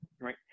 Right